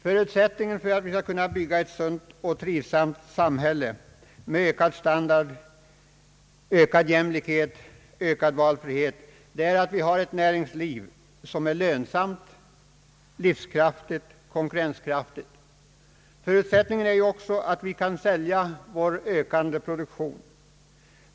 Förutsättningen för att vi skall kunna bygga ett sunt och trivsamt samhälle med ökad jämlikhet, ökad standard, ökad valfrihet är att vi har ett näringsliv som är lönsamt, livskraftigt, konkurrenskraftigt. Förutsättningen är ju också att vi kan sälja vår växande produktion.